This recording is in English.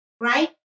right